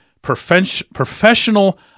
professional